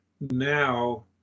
now